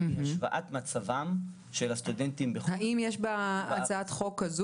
היא השוואת מצבם של הסטודנטים בחו"ל -- האם יש בתיקון להצעת החוק הזאת